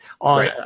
on